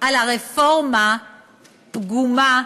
על הרפורמה פגומה,